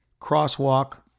crosswalk